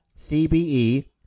CBE